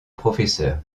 professeur